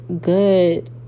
good